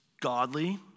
godly